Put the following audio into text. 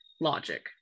logic